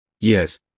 Yes